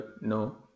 No